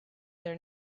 their